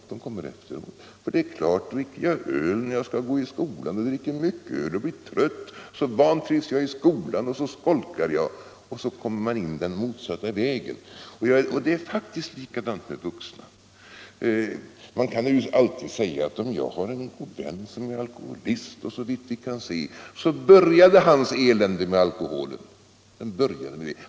De kommer efteråt; för det är klart att dricker jag öl när jag skall gå i skolan och dricker jag mycket öl och blir trött, så vantrivs jag i skolan, och då skolkar jag. Så kommer man in på orsak och verkan, men den motsatta vägen. Det är faktiskt likadant med de vuxna. Om jag har en vän som är alkoholist kan jag naturligtvis alltid säga att hans elände började med alkoholen.